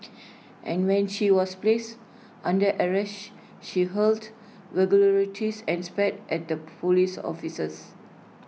and when she was placed under arrest she hurled vulgarities and spat at the Police officers